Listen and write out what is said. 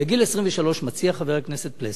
בגיל 23, מציע חבר הכנסת פלסנר,